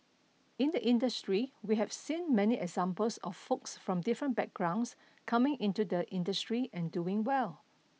in the industry we've seen many examples of folks from different backgrounds coming into the industry and doing well